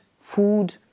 food